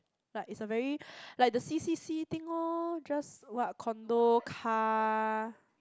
like it's a very like the C C C thing orh just what condo car